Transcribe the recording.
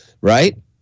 Right